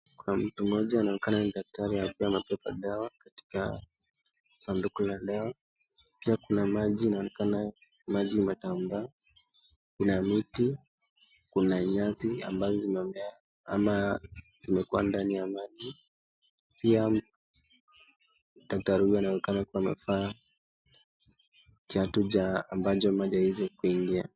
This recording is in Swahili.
Kuna mtu mmoja anaonekana ni daktari akiwa anabeba dawa katika sanduku la dawa. Pia kuna maji inaonekana ni maji matamba. Kuna miti, kuna nyasi ambazo zimemea ama zimekuwa ndani ya maji. Pia, daktari huyu anaonekana kuwa amevaa kiatu chaa ambacho maji haiwezi kuingia.